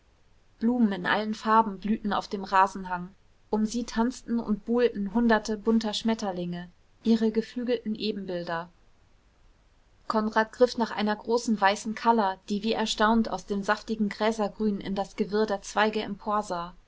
blumen in allen farben blühten auf dem rasenhang um sie tanzten und buhlten hunderte bunter schmetterlinge ihre geflügelten ebenbilder konrad griff nach einer großen weißen calla die wie erstaunt aus dem saftigen gräsergrün in das gewirr der zweige